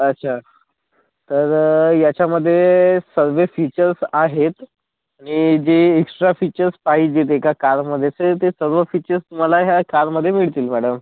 अच्छा तर ह्याच्यामध्ये सर्व फीचर्स आहेत आणि जे एक्स्ट्रा फीचर्स पाहिजेत एका कारमध्ये सेम ते सर्व फीचर्स तुम्हाला ह्या कारमध्ये मिळतील मॅडम